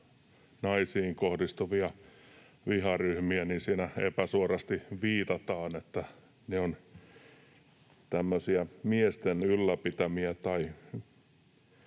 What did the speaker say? naisiin kohdistuvia viharyhmiä, niin siinä epäsuorasti viitataan, että ne ovat tämmöisiä miesten ylläpitämiä